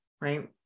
right